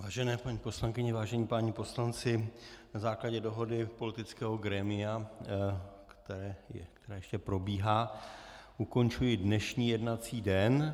Vážené paní poslankyně, vážení páni poslanci, na základě dohody politického grémia, které ještě probíhá, ukončuji dnešní jednací den.